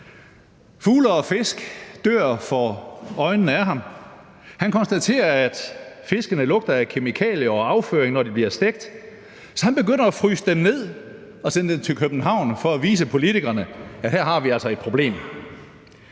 Fugle og fisk dør for øjnene af ham. Han konstater, at fiskene lugter af kemikalier og afføring, når de bliver stegt. Så han begynder at fryse dem ned og sende dem til København for at vise politikerne, at her har vi altså et problem.